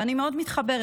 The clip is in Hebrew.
ואני מאוד מתחברת.